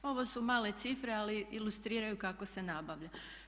Ovo su male cifre, ali ilustriraju kako se nabavlja.